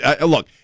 look